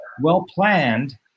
well-planned